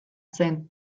zen